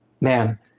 Man